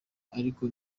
ariko